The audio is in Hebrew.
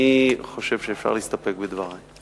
אני חושב שאפשר להסתפק בדברי.